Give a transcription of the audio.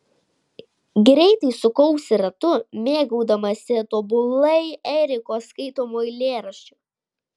greitai sukausi ratu mėgaudamasi tobulai eriko skaitomu eilėraščiu